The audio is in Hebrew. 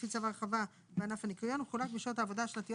לפי צו ההרחבה בענף הניקיון) ומחולק בשעות העבודה השנתיות